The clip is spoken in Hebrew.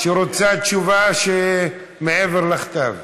שרוצה תשובה מעבר לכתב.